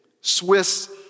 Swiss